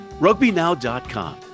RugbyNow.com